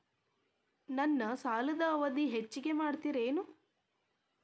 ನನ್ನ ಸಾಲದ ಅವಧಿ ಹೆಚ್ಚಿಗೆ ಮಾಡ್ತಿರೇನು?